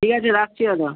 ঠিক আছে রাখছি এখন